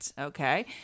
Okay